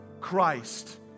Christ